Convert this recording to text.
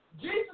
Jesus